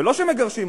ולא שמגרשים אותי,